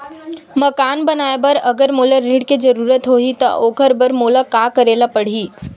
मकान बनाये बर अगर मोला ऋण के जरूरत होही त ओखर बर मोला का करे ल पड़हि?